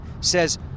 says